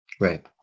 Right